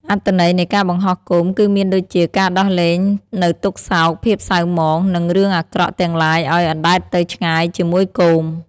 អត្ថន័យនៃការបង្ហោះគោមគឺមានដូចជា ការដោះលែងនូវទុក្ខសោក ភាពសៅហ្មង និងរឿងអាក្រក់ទាំងឡាយឲ្យអណ្តែតទៅឆ្ងាយជាមួយគោម។